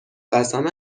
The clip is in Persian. قسم